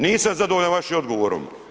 Nisam zadovoljan vašim odgovorom.